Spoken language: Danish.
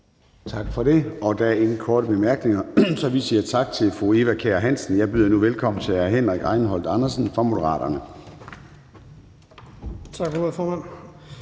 Tak for det. Og der er ingen korte bemærkninger, så vi siger tak til fru Eva Kjer Hansen. Jeg byder nu velkommen til hr. Henrik Rejnholt Andersen fra Moderaterne. Kl. 22:57 (Ordfører)